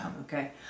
Okay